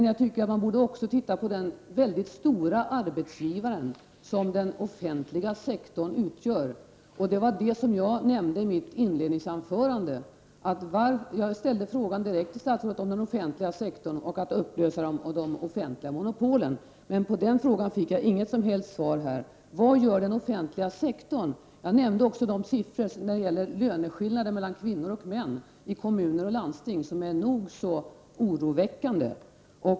Jag tycker att regeringen också borde se på den mycket stora arbetsgivare som den offentliga sektorn utgör. I mitt inledningsanförande ställde jag en direkt fråga till statsrådet om att upplösa den offentliga sektorn och de offentliga monopolen. Men på den frågan fick jag inget som helst svar. Vad gör den offentliga sektorn? Jag nämnde också de siffror som finns på löneskillnader på kvinnor och män inom kommuner och landsting vilka är nog så oroväckande.